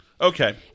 Okay